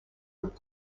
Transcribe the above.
with